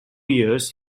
years